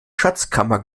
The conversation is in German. schatzkammer